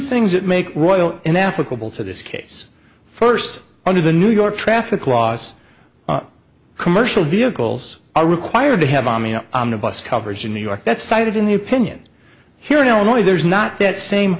things that make royal and applicable to this case first under the new york traffic laws commercial vehicles are required to have amiya on the bus covers in new york that cited in the opinion here in illinois there's not that same